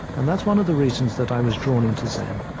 and that's one of the reasons that i was drawn into zen,